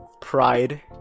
pride